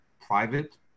private